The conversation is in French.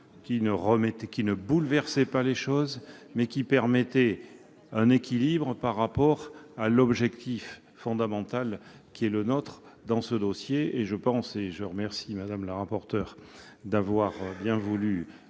qui ne bouleversaient pas les choses, mais permettaient un équilibre par rapport à l'objectif fondamental qui est le nôtre dans ce dossier. Je remercie à cet égard Mme le rapporteur d'avoir redit que